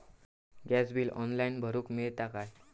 Gas bill online भरुक मिळता काय?